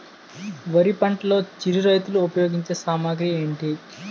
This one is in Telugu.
వరి పంటలో చిరు రైతులు ఉపయోగించే సామాగ్రి ఏంటి?